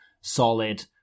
solid